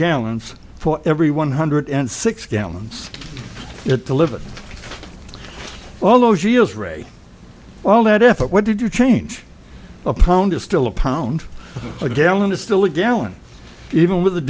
gallons for every one hundred and six gallons it delivered all those years rate well that if it what did you change a pound is still a pound a gallon is still a gallon even with